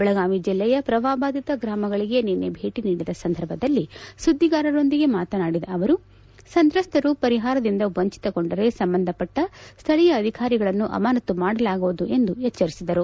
ಬೆಳಗಾವಿ ಜಿಲ್ಲೆಯ ಪ್ರವಾಪ ಬಾಧಿತ ಗ್ರಾಮಗಳಿಗೆ ನಿನ್ನೆ ಭೇಟಿ ನೀಡಿದ ಸಂದರ್ಭದಲ್ಲಿ ಸುದ್ದಿಗಾರರೊಂದಿಗೆ ಮಾತನಾಡಿದ ಅವರು ಸಂತ್ರಸ್ತರು ಪರಿಹಾರದಿಂದ ವಂಚಿತಗೊಂಡರೆ ಸಂಬಂಧಪಟ್ಟ ಸ್ವಳೀಯ ಅಧಿಕಾರಿಗಳನ್ನು ಅಮಾನತು ಮಾಡಲಾಗುವುದು ಎಂದು ಎಚ್ಚರಿಸಿದರು